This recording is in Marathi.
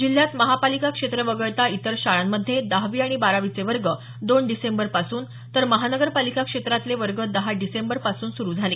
जिल्ह्यात महापालिका क्षेत्र वगळता इतर शाळांमधे दहावी आणि बारावीचे वर्ग दोन डिसेंबरपासून तर महानगर पालिका क्षेत्रातील वर्ग दहा डिसेंबरपासून सुरू झाले